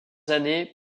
années